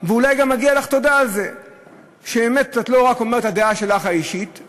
ואולי גם מגיעה לך תודה על זה שלא רק שאת אומרת את הדעה האישית שלך,